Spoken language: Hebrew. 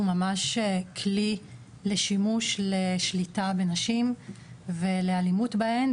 ממש כלי לשימוש לשליטה בנשים ולאלימות בהן.